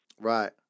Right